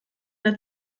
der